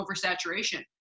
oversaturation